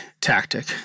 tactic